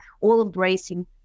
all-embracing